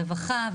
רווחה,